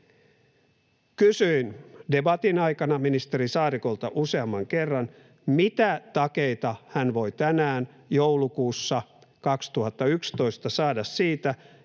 Kysyin debatin aikana ministeri Saarikolta useamman kerran, mitä takeita hän voi tänään, joulukuussa 2021 saada siitä,